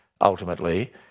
ultimately